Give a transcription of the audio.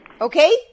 Okay